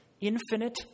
infinite